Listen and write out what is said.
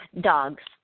dogs